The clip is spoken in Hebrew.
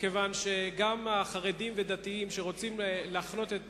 כי גם חרדים ודתיים שרוצים להחנות את